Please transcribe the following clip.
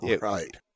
Right